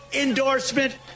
endorsement